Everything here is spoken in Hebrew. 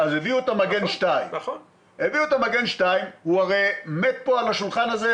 הביאו את המגן 2, והוא הרי מת פה על השולחן הזה